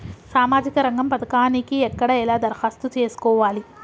సామాజిక రంగం పథకానికి ఎక్కడ ఎలా దరఖాస్తు చేసుకోవాలి?